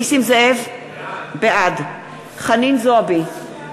בעד חנין זועבי,